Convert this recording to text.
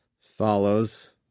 follows